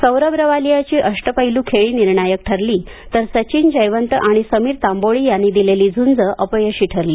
सौरभ रवालियाची अष्टपैलू खेळी निर्णायक ठरली तर सचिन जयवंत आणि समीर तांबोळी यांनी दिलेली झंज अपयशी ठरली